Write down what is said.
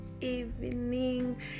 evening